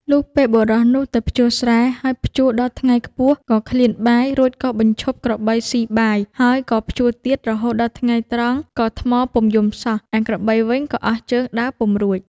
លុះពេលបុរសនោះទៅភ្ជួរស្រែ ហើយភ្ជួរដល់ថ្ងៃខ្ពស់ក៏ឃ្លានបាយ រួចក៏បញ្ឈប់ក្របីស៊ីបាយ ហើយក៏ភ្ជួរទៀតរហូតដល់ថ្ងៃត្រង់ក៏ថ្មពុំយំសោះ ឯក្របីវិញក៏អស់ជើងដើរពុំរួច។